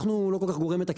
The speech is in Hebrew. אנחנו לא כל כך גורמם מתקצב.